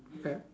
okay